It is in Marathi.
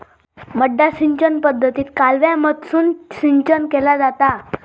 मड्डा सिंचन पद्धतीत कालव्यामधसून सिंचन केला जाता